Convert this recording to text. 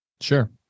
Sure